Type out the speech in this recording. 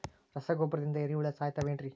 ರಸಗೊಬ್ಬರದಿಂದ ಏರಿಹುಳ ಸಾಯತಾವ್ ಏನ್ರಿ?